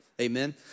Amen